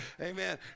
Amen